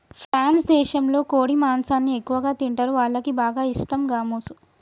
France దేశంలో కోడి మాంసాన్ని ఎక్కువగా తింటరు, వాళ్లకి బాగా ఇష్టం గామోసు